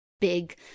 big